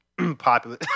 Popular